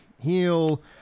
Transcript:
heal